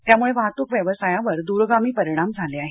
त्यामुळे वाहतूक व्यवसायावर दुरगामी परिणाम झाले आहेत